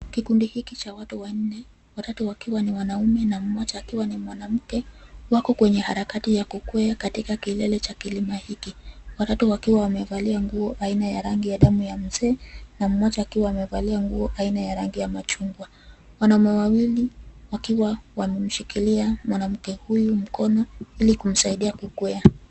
Kikundi hiki cha watu wanne, watatu wakiwa ni wanaume na mmoja ni mwanamke wako kwenye harakati ya kukweya katika kilele cha kilima hiki. Watatu wakiwa wamevalia nguo aina ya rangi ya damu ya msee na mmoja akiwa amevalia nguo aina ya rangi ya machungwa. Wanaume wawili wakiwa wamemshikilia mwanamke huyu mkono, ili kumsaidia kukweya.